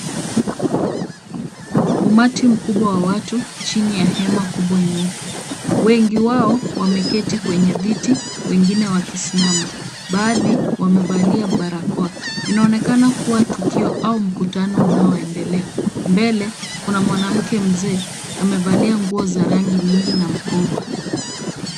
Umati mkubwa wa watu chini ya hema kubwa nyeupe, wengi wao wameketi kwenye viti, wengine wakisimama, baadhi wamevalia barakoa, inaonekana kuwa tukio au mkutano unaoendelea. Mbele kuna mwanamke mzee amevalia nguo za rangi nyingi na mkoba.